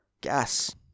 gas